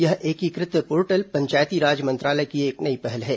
यह एकीकृत पोर्टल पंचायती राज मंत्रालय की एक नई पहल है